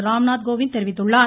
ராம்நாத் கோவிந்த் தெரிவித்துள்ளார்